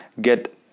get